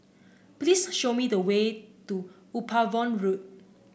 please show me the way to Upavon Road